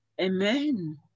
Amen